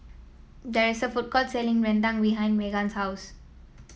there is a food court selling rendang behind Meggan's house